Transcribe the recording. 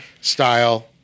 style